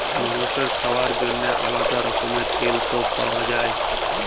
মালুসের খাওয়ার জন্যেহে আলাদা রকমের তেল সব পাওয়া যায়